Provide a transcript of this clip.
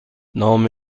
نام